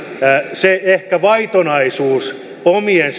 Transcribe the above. se sipilän vaitonaisuus omien